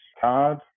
card